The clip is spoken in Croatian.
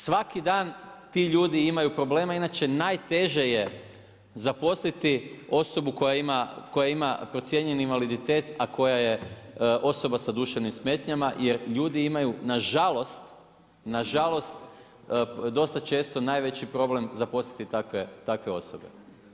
Svaki dan ti ljudi imaju problema, inače najteže je zaposliti osobu koja ima procijenjen invaliditet, a koja je osoba sa duševnim smetnjama jer ljudi imaju nažalost, nažalost dosta često najveći problem zaposliti takve osobe.